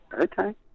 Okay